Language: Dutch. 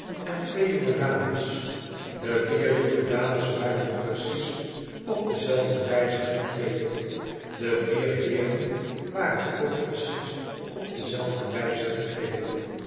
en twee jonge dames de vier jonge dames waren precies op dezelfde wijze gekleed de vier heeren waren ook precies op dezelfde wijze gekleed